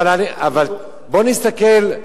בסדר, אבל בוא נסתכל: